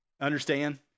understand